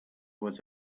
was